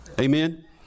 Amen